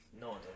No